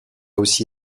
aussi